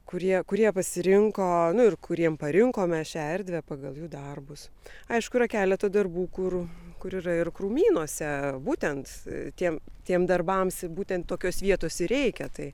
kurie kurie pasirinko ir kuriem parinkome šią erdvę pagal jų darbus aišku yra keleta darbų kur kur yra ir krūmynuose būtent tiem tiem darbams būtent tokios vietos ir reikia tai